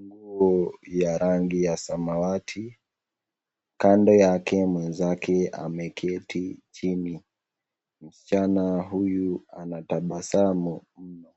nguo ya rangi ya samawati, kando yake mwenzake ameketi chini, msichana huyu anatabasamu mno.